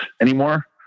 anymore